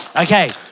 Okay